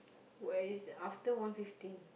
where is after one fifteen